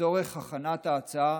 לצורך הכנת ההצעה